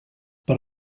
per